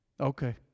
Okay